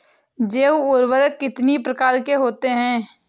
जैव उर्वरक कितनी प्रकार के होते हैं?